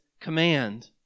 command